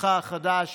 בתפקידך החדש